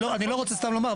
אני לא רוצה סתם לומר.